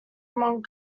among